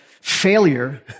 Failure